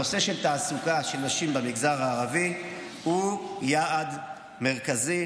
הנושא של תעסוקה של נשים במגזר הערבי הוא יעד מרכזי